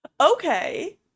Okay